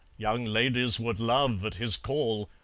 young ladies would love at his call,